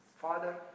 Father